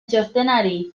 txostenari